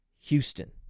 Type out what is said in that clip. Houston